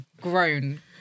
grown